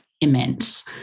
immense